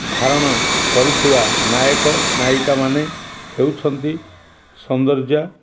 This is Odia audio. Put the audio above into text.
ଧାରଣ କରିଥିବା ନାୟକ ନାୟିକାମାନେ ହେଉଛନ୍ତି ସୌନ୍ଦର୍ଯ୍ୟ